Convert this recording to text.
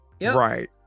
right